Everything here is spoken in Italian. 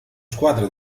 squadre